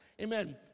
Amen